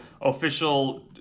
official